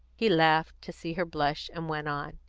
he laughed, to see her blush, and went on.